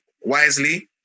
wisely